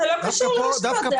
זה לא קשור לרשתות.